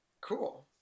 cool